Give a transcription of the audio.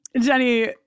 Jenny